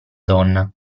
donna